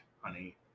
honey